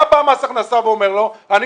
מה אומר לו מס הכנסה?